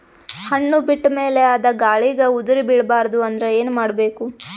ಹಣ್ಣು ಬಿಟ್ಟ ಮೇಲೆ ಅದ ಗಾಳಿಗ ಉದರಿಬೀಳಬಾರದು ಅಂದ್ರ ಏನ ಮಾಡಬೇಕು?